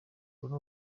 uru